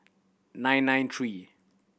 nine nine three